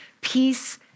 peace